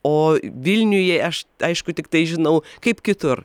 o vilniuje aš aišku tiktai žinau kaip kitur